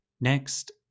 Next